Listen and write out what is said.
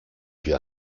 più